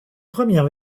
premières